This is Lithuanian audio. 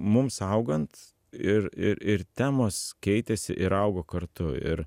mums augant ir ir ir temos keitėsi ir augo kartu ir